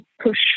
push